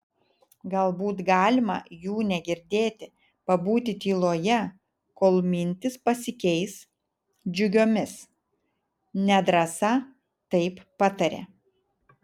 galbūt galima jų negirdėti pabūti tyloje kol mintys pasikeis džiugiomis nedrąsa taip patarė